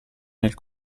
nel